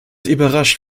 überrascht